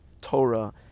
Torah